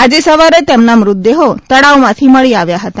આજે સવારે તેમના મૃતદેહો તળાવમાંથી મળી આવ્યા હતા